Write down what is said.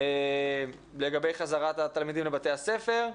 לגבי חזרת התלמידים לבתי הספר.